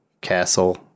castle